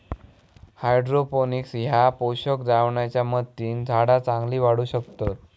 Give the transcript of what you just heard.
hydroponics ह्या पोषक द्रावणाच्या मदतीन झाडा चांगली वाढू शकतत